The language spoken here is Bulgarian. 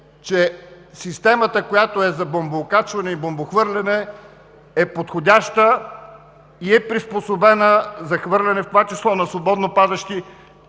че системата, която е за бомбоокачване и бомбохвърляне, е подходяща и е приспособена за хвърляне, в това число на свободно падащи